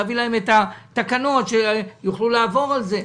לתת להם את התקנות כדי שיוכלו לעבור עליהן.